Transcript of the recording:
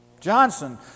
Johnson